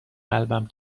قلبم